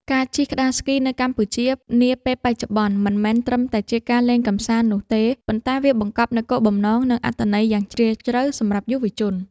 ការជិះក្ដារស្គីនៅកម្ពុជានាពេលបច្ចុប្បន្ន មិនមែនត្រឹមតែជាការលេងកម្សាន្តនោះទេ ប៉ុន្តែវាបង្កប់នូវគោលបំណង និងអត្ថន័យយ៉ាងជ្រាលជ្រៅសម្រាប់យុវជន។